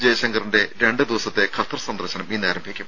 ജയശങ്കറിന്റെ രണ്ട് ദിവസത്തെ ഖത്തർ സന്ദർശനം ഇന്നാരംഭിക്കും